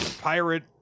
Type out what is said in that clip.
pirate